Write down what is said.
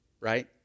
right